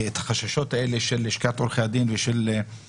והחששות האלה של לשכת עורכי הדין ורשות